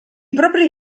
propri